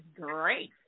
great